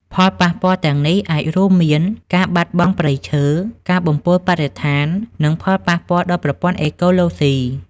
ផលប៉ះពាល់ទាំងនេះអាចរួមមាន ការបាត់បង់ព្រៃឈើ ការបំពុលបរិស្ថាន និងផលប៉ះពាល់ដល់ប្រព័ន្ធអេកូឡូស៊ី។